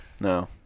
No